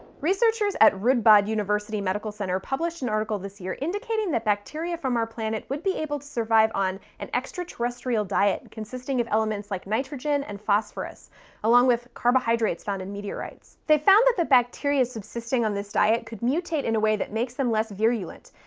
researchers at radboud university medical center published an article this year indicating that bacteria from our planet would be able to survive on an extraterrestrial diet consisting of elements like nitrogen and phosphorus along with carbohydrates found in meteorites. they found that the bacteria subsisting on this diet could mutate in a way that makes them less virulent,